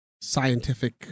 scientific